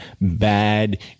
Bad